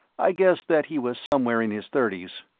i guessed that he was somewhere in his thirties.